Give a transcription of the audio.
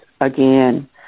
again